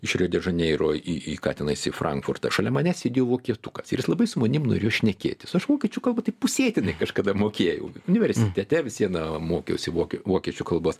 iš re de žaneiro į į ką tenais į frankfurtą šalia manęs sėdėjo vokietukas labai su manim norėjo šnekėtis aš vokiečių kalbą taip pusėtinai kažkada mokėjau universitete vis viena mokiausi vokie vokiečių kalbos